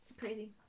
crazy